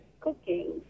cooking